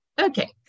Okay